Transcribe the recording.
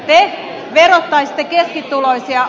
te verottaisitte keskituloisia